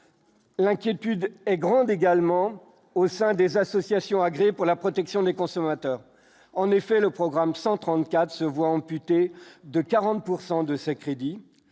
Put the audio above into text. l'inquiétude est grande également au sein des associations agréées pour la protection des consommateurs, en effet, le programme 134 se voient amputés de 40 pourcent de ses crédits,